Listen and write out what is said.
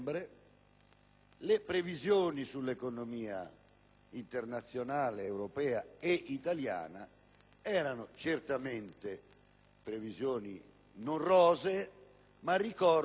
le previsioni sull'economia internazionale, europea ed italiana erano certamente non rosee. Ricordo